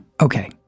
Okay